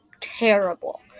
terrible